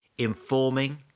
informing